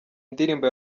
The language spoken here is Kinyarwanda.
ndirimbo